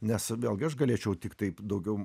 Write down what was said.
nes vėlgi aš galėčiau tik taip daugiau